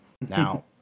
Now